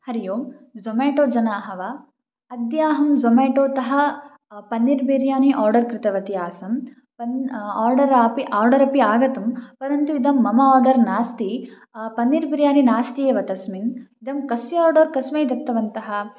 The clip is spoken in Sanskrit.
हरिः ओं ज़ोमेटो जनाः वा अद्याहं ज़ोमेटो तः पन्नीर् बिर्यानि आडर् कृतवती आसम् परम आडर् अपि आडर् अपि आगतं परन्तु इदं मम आडर् नास्ति पन्नीर् बिर्यानि नास्ति एव तस्मिन् इदं कस्य आडर् कस्मै दत्तवन्तः